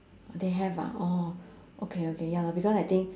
they have ah oh okay okay ya lor because I think